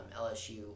LSU